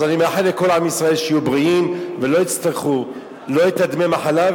אז אני מאחל לכל עם ישראל שיהיו בריאים ולא יצטרכו לא את דמי המחלה,